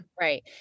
right